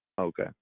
Okay